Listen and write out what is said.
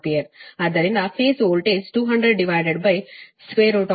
ಆದ್ದರಿಂದ phase voltage 2003ಆದ್ದರಿಂದ 120